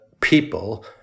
people